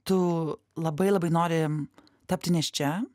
tu labai labai nori tapti nėščia